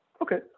Okay